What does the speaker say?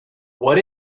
what